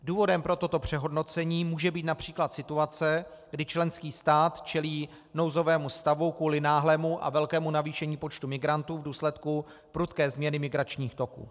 Důvodem pro toto přehodnocení může být například situace, kdy členský stát čelí nouzovému stavu kvůli náhlému a velkému navýšení počtu migrantů v důsledku prudké změny migračních toků.